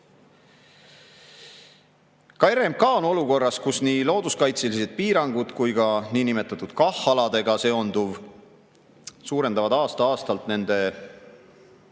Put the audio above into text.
Ka RMK on olukorras, kus nii looduskaitselised piirangud kui ka niinimetatud KAH-aladega seonduv suurendavad aasta-aastalt nendele langevat